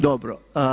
Dobro.